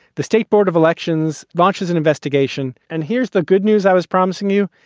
the state board of elections launches an investigation. and here's the good news i was promising you.